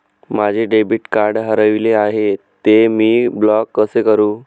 माझे debit card हरविले आहे, ते मी ब्लॉक कसे करु?